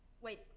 Wait